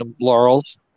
laurels